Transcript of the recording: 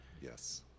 yes